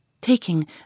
Taking